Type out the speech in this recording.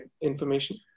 information